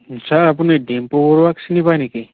sir আপুনি ডিম্পু বৰুৱাক চিনি পাই নেকি